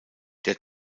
der